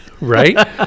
right